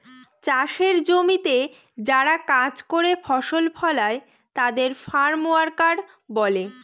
চাষের জমিতে যারা কাজ করে ফসল ফলায় তাদের ফার্ম ওয়ার্কার বলে